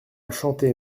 chanté